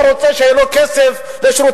השר,